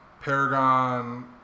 Paragon